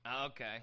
Okay